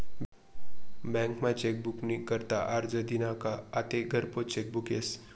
बँकमा चेकबुक नी करता आरजं दिना का आते घरपोच चेकबुक यस